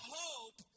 hope